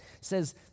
says